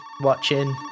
watching